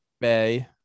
bay